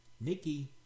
Nikki